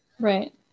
Right